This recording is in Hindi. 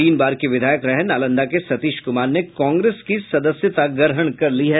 तीन बार के विधायक रहे नालंदा के सतीश कुमार ने कांग्रेस की सदस्यता ग्रहण कर ली है